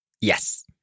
Yes